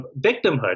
victimhood